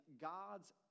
God's